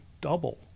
double